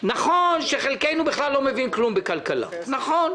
נכון שחלקנו בכלל לא מבינים כלום בכלכלה, נכון.